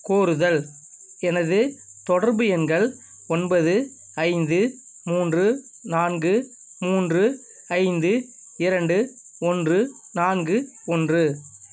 கோருதல் எனது தொடர்பு எண்கள் ஒன்பது ஐந்து மூன்று நான்கு மூன்று ஐந்து இரண்டு ஒன்று நான்கு ஒன்று